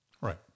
Right